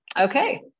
Okay